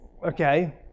Okay